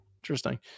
interesting